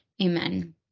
Amen